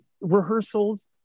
rehearsals